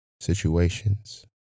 situations